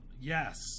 yes